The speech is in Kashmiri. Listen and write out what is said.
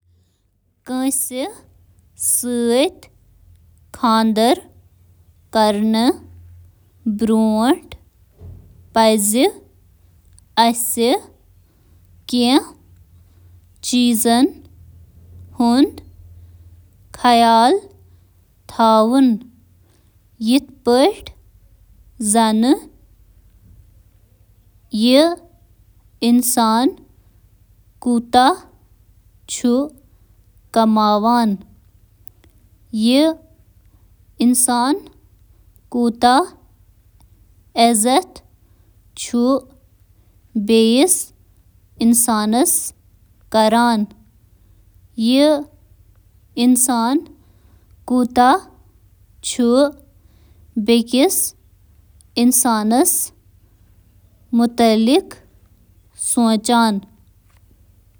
کٲنٛسہِ سۭتۍ خانٛدر کرنہٕ برٛونٛہہ، چھ یمن ہٕنٛز بنیٲدی اقدار، عٔقیدٕ، مٲلی صورتحال، خاندٲنی حرکت، مواصلاتک انداز، مستقبلُک مقصد، تِم تنازعہٕ کِتھ پٲٹھۍ سمبھالان، بچن متعلق تمن ہٕنٛدۍ خیالات تہٕ تمن ہٕنٛزن جذبٲتی ضروریاتن سمجھٕنۍ چھ ضروری۔